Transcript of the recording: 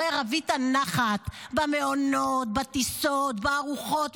הרי רווית נחת במעונות, בטיסות, בארוחות.